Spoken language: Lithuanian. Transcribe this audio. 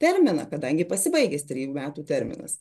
terminą kadangi pasibaigęs trejų metų terminas